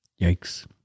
Yikes